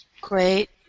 Great